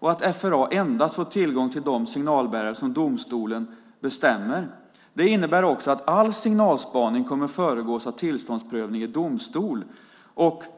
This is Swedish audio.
FRA får endast tillgång till de signalbärare som domstolen bestämmer. Det innebär också att all signalspaning kommer att föregås av tillståndsprövning i domstol.